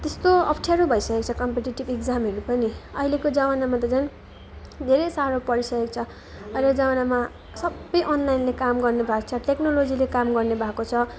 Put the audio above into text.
त्यस्तो अप्ठ्यारो भइसकेको छ कम्पिटेटिभ इक्जामहरू पनि अहिलेको जमानामा त झन् धेरै साह्रो परिसकेको छ अहिलेको जमानामा सबै अनलाइनले काम गर्ने भएको छ टेक्नोलोजीले काम गर्ने भएको छ